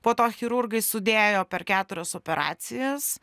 po to chirurgai sudėjo per keturias operacijas